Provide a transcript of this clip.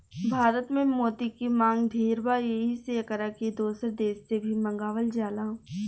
भारत में मोती के मांग ढेर बा एही से एकरा के दोसर देश से भी मंगावल जाला